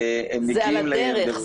שהם מגיעים --- זה על הדרך,